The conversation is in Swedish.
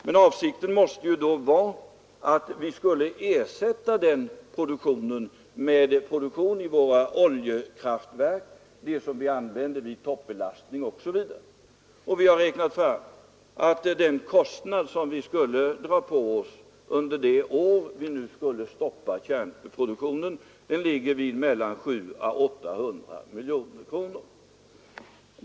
Men avsikten måste då vara att vi skulle ersätta den produktionen med produktion i våra oljekraftverk, som vi använder vid toppbelastning osv. Vi har räknat fram att den kostnad vi skulle dra på oss under det år vi i så fall skulle stoppa kärnkraftsproduktionen ligger mellan 700 och 800 miljoner kronor.